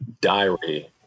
diary